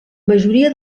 majoria